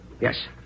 Yes